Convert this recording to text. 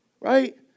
right